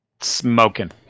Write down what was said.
Smoking